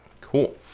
cool